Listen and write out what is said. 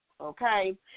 okay